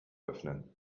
öffnen